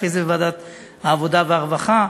אחרי זה בוועדת העבודה והרווחה.